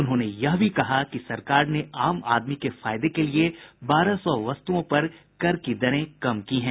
उन्होंने यह भी कहा कि सरकार ने आम आदमी के फायदे के लिए बारह सौ वस्तुओं पर कर की दरें कम की हैं